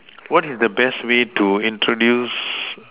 what is the best way to introduce